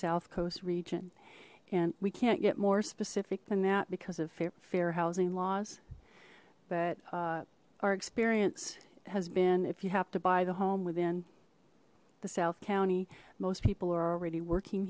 south coast region and we can't get more specific than that because of fair housing laws but our experience has been if you have to buy the home within the south county most people are already working